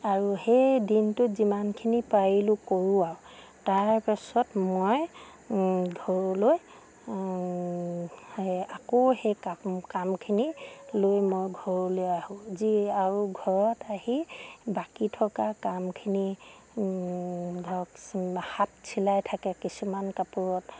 আৰু সেই দিনটোত যিমানখিনি পাৰিলোঁ কৰোঁ আৰু তাৰপাছত মই ঘৰলৈ আকৌ সেই কাম কামখিনি লৈ মই ঘৰলৈ আহোঁ যি আৰু ঘৰত আহি বাকী থকা কামখিনি ধৰক হাত চিলাই থাকে কিছুমান কাপোৰত